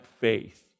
faith